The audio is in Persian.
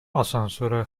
آسانسور